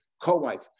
co-wife